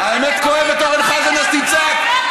אתה שקרן.